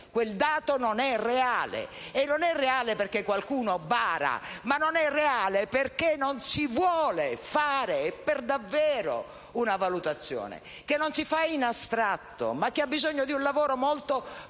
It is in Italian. Quel dato non è reale e non è reale perché qualcuno bara, ma perché non si vuole fare, per davvero, una valutazione, che non si fa in astratto e che necessita di un lavoro molto